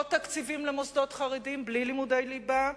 עוד תקציבים למוסדות חרדיים בלי לימודי ליבה,